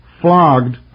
flogged